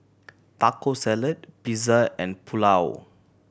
Taco Salad Pizza and Pulao